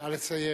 נא לסיים.